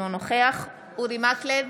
אינו נוכח אורי מקלב,